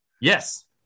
yes